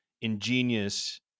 ingenious